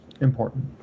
important